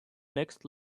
next